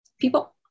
people